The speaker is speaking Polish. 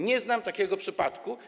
Nie znam takiego przypadku.